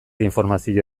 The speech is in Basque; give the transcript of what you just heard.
informazio